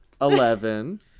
eleven